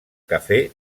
cafè